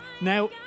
Now